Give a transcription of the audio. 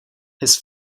his